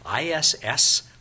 ISS